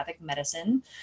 Medicine